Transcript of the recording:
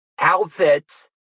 outfits